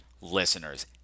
listeners